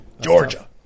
georgia